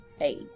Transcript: Hey